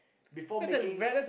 before making